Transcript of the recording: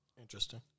Interesting